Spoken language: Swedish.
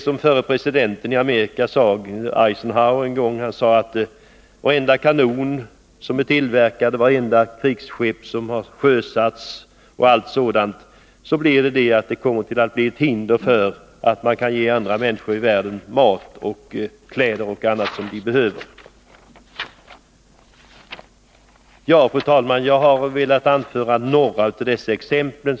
Den förre presidenten i Amerika, Eisenhower, sade att varenda kanon som tillverkades, vartenda krigsskepp som sjösattes osv. skulle komma att bli ett hinder för att ge människor i världen mat, kläder och annat som de behöver. Fru talman! Jag har velat anföra några av dessa exempel.